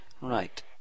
right